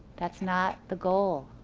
that's not the goal.